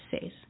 says